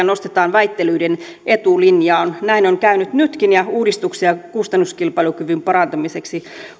nostetaan väittelyiden etulinjaan näin on käynyt nytkin ja uudistuksia kustannuskilpailukyvyn parantamiseksi